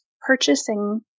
purchasing